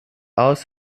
aus